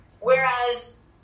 Whereas